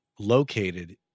located